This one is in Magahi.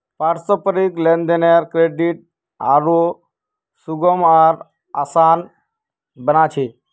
पारस्परिक लेन देनेर क्रेडित आरो सुगम आर आसान बना छेक